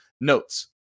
notes